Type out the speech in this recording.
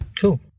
cool